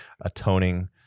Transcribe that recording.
atoning